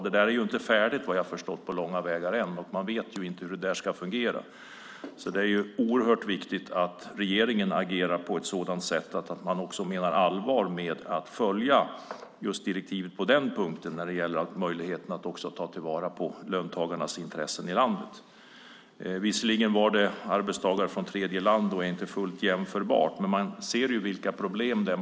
Det är inte färdigt på långa vägar än, och man vet inte hur det ska fungera. Det är därför viktigt att regeringen agerar på ett sådant sätt som visar att man menar allvar med att följa direktivet på den punkt som gäller möjligheterna att ta till vara löntagarnas intressen i landet. Visserligen är det inte fullt jämförbart med arbetstagare från tredjeland, men vi ser vilka problem det blir.